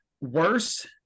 worse